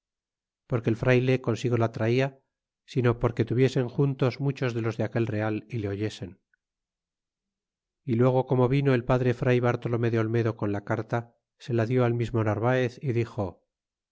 porque el frayle consigo la traia sino porque tuviesen juntos muchos de los de aquel real y le oyesen e luego como vino el padre fray bartolome de olmedo con la carta se la die al mismo narvaez y dixo